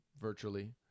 virtually